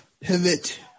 pivot